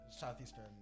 Southeastern